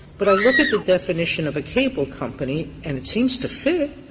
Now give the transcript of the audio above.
but i look at the definition of a cable company, and it seems to fit.